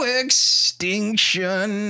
extinction